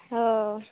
हँ